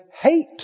hate